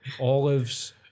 olives